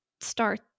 start